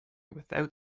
without